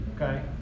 Okay